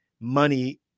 money